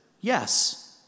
yes